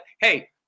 hey